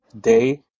day